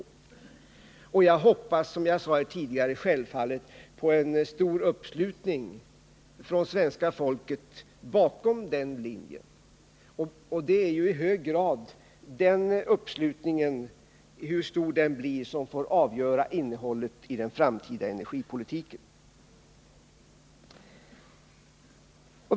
Som jag sade tidigare, hoppas jag självfallet på en stor uppslutning från svenska folket bakom den linjen. Hur stor uppslutningen kring linje 3 blir får i hög grad avgöra innehållet i den framtida energipolitiken.